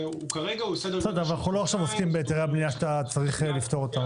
אבל כרגע אנחנו לא עוסקים בהיתרי בנייה שאתה צריך לפתור.